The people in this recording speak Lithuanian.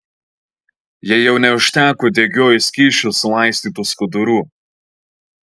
jai jau neužteko degiuoju skysčiu sulaistytų skudurų